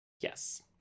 Yes